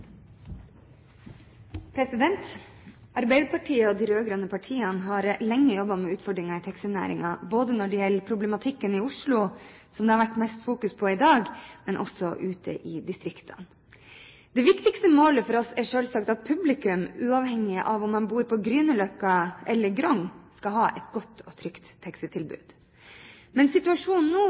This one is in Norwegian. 2011. Arbeiderpartiet og de rød-grønne partiene har lenge jobbet med utfordringene i taxinæringen både når det gjelder problematikken i Oslo, som det har vært mest fokus på i dag, og også den ute i distriktene. Det viktigste målet for oss er selvsagt at publikum, uavhengig av om man bor på Grünerløkka eller i Grong, skal ha et godt og trygt taxitilbud. Situasjonen er nå